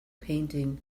painting